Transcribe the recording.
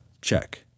Check